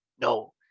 No